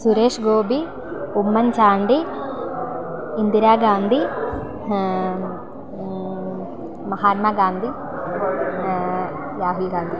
Suresh Gopi Oommen Chandy Indira Gandhi Mahatma Gandhi Rahul Gandhi